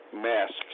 masks